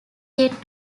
yet